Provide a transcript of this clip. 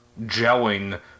gelling